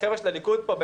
החבר'ה של הליכוד פה,